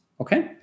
okay